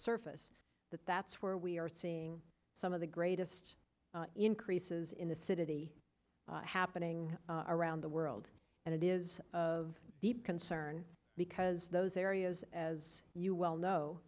surface that that's where we are seeing some of the greatest increases in the city happening around the world and it is of deep concern because those areas as you well know